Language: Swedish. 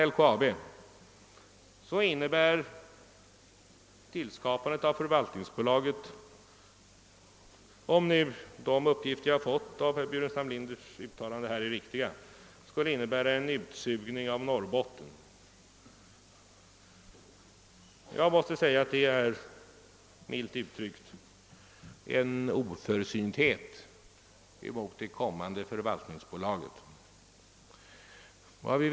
Vidare säger herr Burenstam Linder att förvaltningsbolaget kommer att förhindra sådana diskussioner som de som i dag ägt rum i kamrarna om företaget Uddcomb.